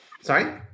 Sorry